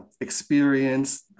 experience